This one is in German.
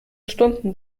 stunden